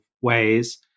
ways